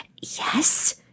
Yes